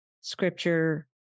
scripture